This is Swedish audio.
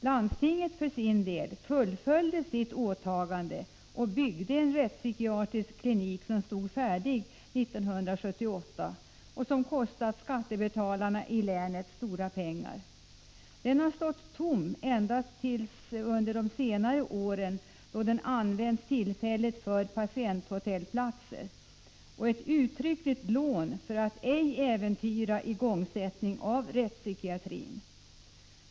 Landstinget fullföljde för sin del åtagandet och byggde en rättspsykiatrisk klinik som stod färdig 1978 och som kostat skattebetalarna i länet stora pengar. Den har stått tom ända tills de senaste åren, då lokalerna använts tillfälligt som patienthotellplatser — uttryckligen som ett lån för att inte äventyra igångsättningen av den rättspsykiatriska vården.